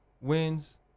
wins